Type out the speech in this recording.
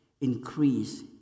increase